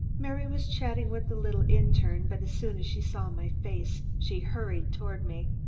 mary was chatting with the little interne, but as soon as she saw my face, she hurried toward me.